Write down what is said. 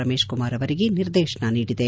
ರಮೇಶ್ ಕುಮಾರ್ ಅವರಿಗೆ ನಿರ್ದೇಶನ ನೀಡಿದೆ